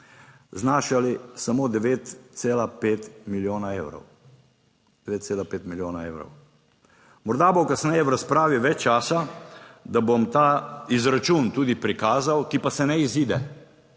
evrov. 9,5 milijona evrov. Morda bo kasneje v razpravi več časa, da bom ta izračun tudi prikazal, ki pa se ne izide.